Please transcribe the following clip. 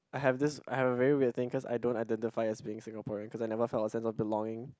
I have this I have a very weird thing cause I don't identify as being Singaporean cause I've never felt the sense of belonging